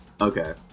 Okay